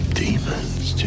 demons